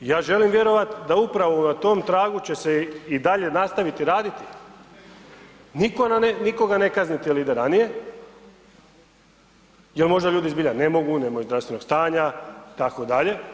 I ja želim vjerovati da upravo na tom tragu će se i dalje nastaviti raditi, nikoga ne kazniti jer ide ranije, jer možda ljudi zbilja ne mogu, nemaju zdravstvenog stanja itd.